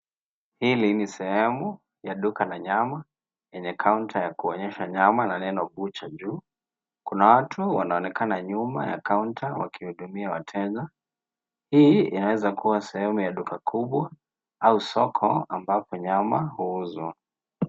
Hili ni sehemu ya duka la nyama, yenye counter ya kuonyesha nyama, na neno butcher juu. Kuna watu wanaonekana nyuma ya counter , wakihudumia wateja. Hii inaeza kua sehemu ya duka kubwa au soko ambapo nyama huuzwa.